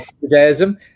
Judaism